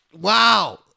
Wow